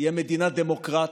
תהיה מדינה דמוקרטית,